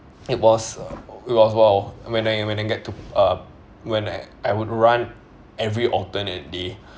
it was it was !wow! when I when I get to uh when I would run every alternate day